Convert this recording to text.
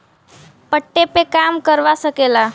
पट्टे पे काम करवा सकेला